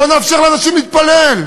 בואו נאפשר לאנשים להתפלל,